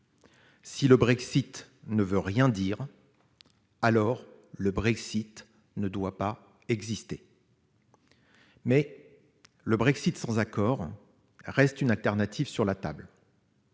si le Brexit ne veut rien dire, alors le Brexit ne doit pas être. Cependant, le Brexit sans accord reste une option sur la table.